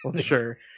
Sure